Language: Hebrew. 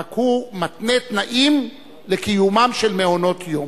רק הוא מתנה תנאים לקיומם של מעונות-יום.